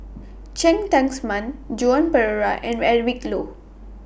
Cheng Tsang Man Joan Pereira and Eric Low